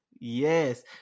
Yes